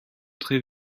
très